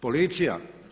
Policija?